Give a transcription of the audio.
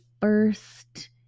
first